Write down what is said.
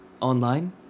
online